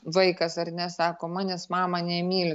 vaikas ar ne sako manes mama nemyli